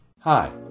Hi